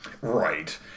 Right